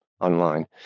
online